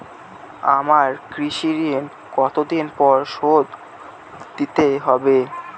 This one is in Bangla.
আমার কৃষিঋণ কতদিন পরে শোধ দিতে হবে?